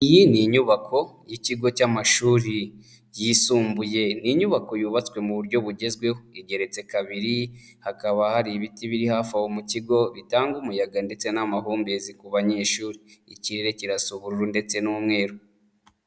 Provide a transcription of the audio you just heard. Iyi ni inyubako y'ikigo cy'amashuri yisumbuye. Ni inyubako yubatswe mu buryo bugezweho. Igeretse kabiri, hakaba hari ibiti biri hafi aho mu kigo, bitanga umuyaga ndetse n'amahumbezi ku banyeshuri. Ikirere kirasa uburura ndetse n'umweru.